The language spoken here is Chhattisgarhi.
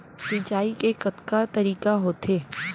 सिंचाई के कतका तरीक़ा होथे?